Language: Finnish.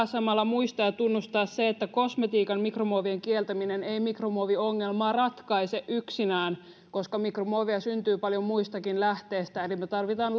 samalla muistaa ja tunnustaa se että kosmetiikan mikromuovien kieltäminen ei mikromuoviongelmaa ratkaise yksinään koska mikromuovia syntyy paljon muistakin lähteistä eli me tarvitsemme